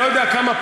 אני לא יודע כמה,